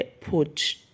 put